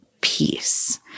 peace